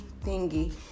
thingy